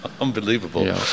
Unbelievable